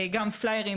גם פליירים,